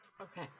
Okay